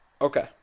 Okay